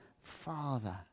father